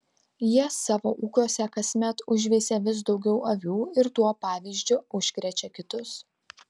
jie savo ūkiuose kasmet užveisia vis daugiau avių ir tuo pavyzdžiu užkrečia kitus